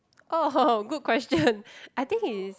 oh good question I think he is